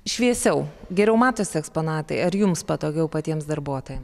šviesiau geriau matosi eksponatai ar jums patogiau patiems darbuotojam